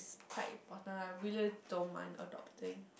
quite important ah really don't mind adopting